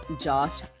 Josh